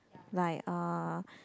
like uh